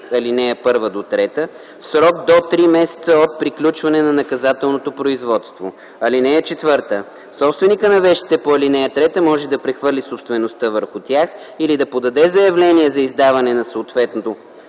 ал. 1-3 в срок до три месеца от приключване на наказателното производство. (4) Собственикът на вещите по ал. 3 може да прехвърли собствеността върху тях или да подаде заявление за издаване на съответното